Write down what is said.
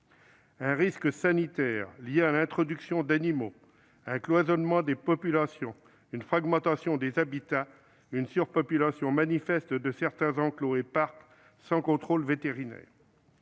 un risque sanitaire lié à l'introduction d'animaux, au cloisonnement des populations, à la fragmentation des habitats, à la surpopulation manifeste de certains enclos et parcs, sans contrôle vétérinaire